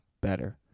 better